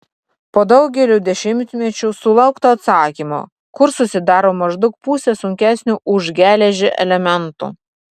po daugelio dešimtmečių sulaukta atsakymo kur susidaro maždaug pusė sunkesnių už geležį elementų